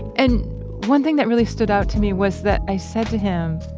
and one thing that really stood out to me was that i said to him,